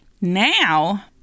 Now